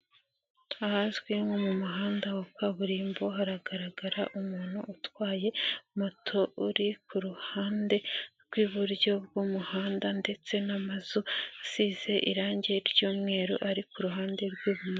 Ahazwi nko mu muhanda wa kaburimbo, haragaragara umuntu utwaye moto, uri kuruhande rw'iburyo bw'umuhanda ndetse n'amazu asize irangi ry'umweru, ari kuruhande rw'ibumoso.